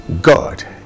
God